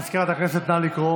מזכירת הכנסת, נא לקרוא